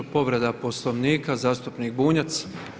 Povreda Poslovnika zastupnik Bunjac.